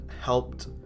helped